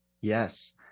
Yes